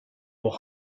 will